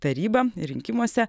tarybą rinkimuose